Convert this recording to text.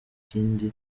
kindi